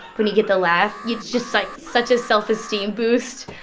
when you get the laugh, it's just, like, such as self-esteem boost.